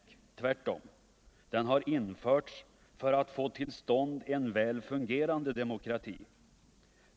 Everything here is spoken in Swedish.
Den har tvärtom införts för att få till stånd en väl fungerande demokrati.